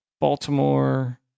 Baltimore